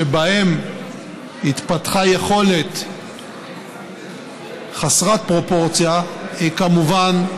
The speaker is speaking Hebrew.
שבהם התפתחה יכולת חסרת פרופורציה היא, כמובן,